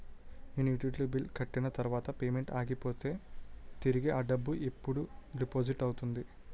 నేను utility bill కట్టిన తర్వాత పేమెంట్ ఆగిపోతే తిరిగి అ డబ్బు ఎప్పుడు డిపాజిట్ అవుతుంది?